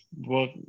work